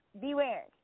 beware